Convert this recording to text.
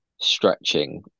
stretching